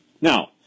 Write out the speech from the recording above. Now